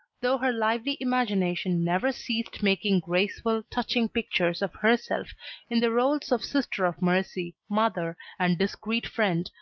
though her lively imagination never ceased making graceful, touching pictures of herself in the roles of sister of mercy, mother, and discreet friend,